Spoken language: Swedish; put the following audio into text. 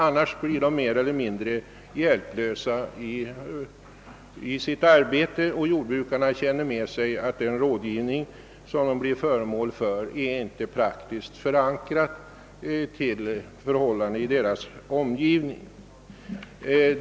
Annars blir de mer eller mindre hjälplösa i sitt arbete och jordbrukarna känner med sig, att den rådgivning de blir föremål för inte är praktiskt förankrad till förhållandena i deras omgivning.